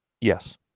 Yes